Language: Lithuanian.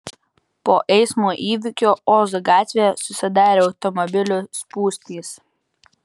po eismo įvykio ozo gatvėje susidarė automobilių spūstys